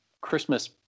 Christmas